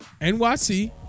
NYC